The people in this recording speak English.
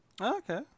Okay